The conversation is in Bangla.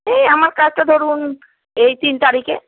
এই আমার কাজটা ধরুন এই তিন তারিখে